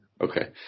Okay